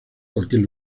cualquier